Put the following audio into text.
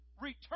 Return